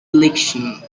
election